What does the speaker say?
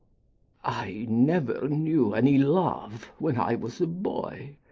i never knew any love when i was a boy.